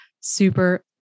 super